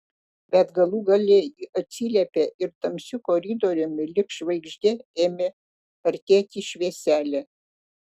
bet galų gale ji atsiliepė ir tamsiu koridoriumi lyg žvaigždė ėmė artėti švieselė